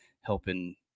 helping